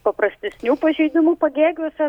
paprastesnių pažeidimų pagėgiuose